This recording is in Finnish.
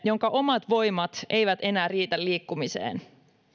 jonka omat voimat eivät enää riitä liikkumiseen